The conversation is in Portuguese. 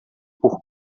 por